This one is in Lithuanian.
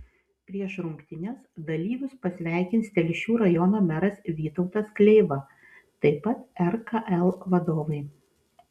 prieš rungtynes dalyvius pasveikins telšių rajono meras vytautas kleiva taip pat rkl vadovai